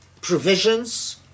provisions